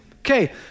Okay